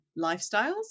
lifestyles